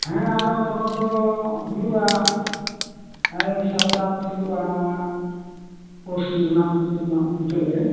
ᱦᱮᱸ ᱟᱨᱚ ᱯᱚᱨᱚᱵᱽ ᱫᱚ ᱦᱩᱭᱩᱜ ᱟ ᱮᱭ ᱥᱟᱠᱨᱟᱛ ᱦᱩᱭᱩᱜ ᱟ ᱱᱚᱣᱟ ᱯᱩᱥ ᱨᱮᱭᱟᱜ ᱢᱩᱪᱟᱹᱫᱽ ᱱᱟᱜ ᱢᱩᱪᱟᱹᱫᱽ ᱨᱮ